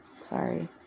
Sorry